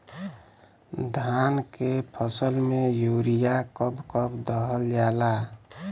धान के फसल में यूरिया कब कब दहल जाला?